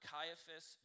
Caiaphas